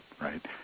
right